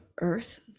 earth